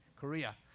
Korea